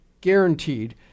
guaranteed